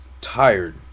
tired